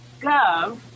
gov